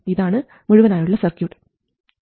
ഇതാണ് മുഴുവനായുള്ള സർക്യൂട്ട്